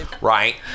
right